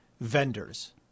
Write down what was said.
vendors